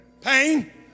Pain